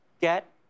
get